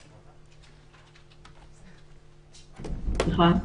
כן,